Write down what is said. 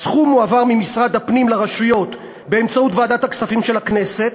הסכום הועבר ממשרד הפנים לרשויות באמצעות ועדת הכספים של הכנסת.